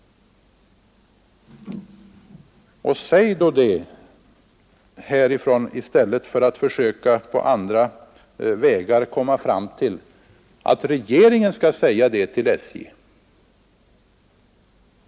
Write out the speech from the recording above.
Säg då det från denna talarstol i stället för att på andra vägar komma fram till att regeringen skall säga det till SJ!